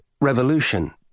revolution